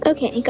Okay